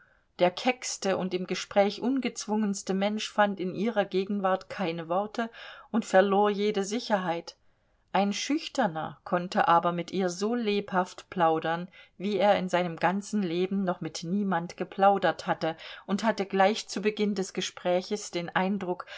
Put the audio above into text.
der keckste und im gespräch ungezwungenste mensch fand in ihrer gegenwart keine worte und verlor jede sicherheit ein schüchterner konnte aber mit ihr so lebhaft plaudern wie er in seinem ganzen leben noch mit niemand geplaudert hatte und hatte gleich zu beginn des gesprächs den eindruck